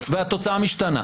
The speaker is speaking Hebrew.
והתוצאה משתנה.